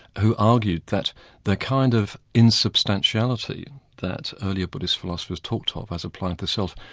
who argued that the kind of insubstantiality that earlier buddhist philosophers talked ah of as applying the self,